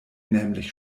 nämlich